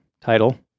title